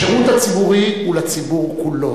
השירות הציבורי הוא לציבור כולו,